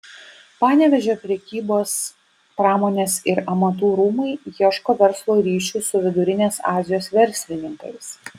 panevėžio prekybos pramonės ir amatų rūmai ieško verslo ryšių su vidurinės azijos verslininkais